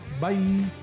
Bye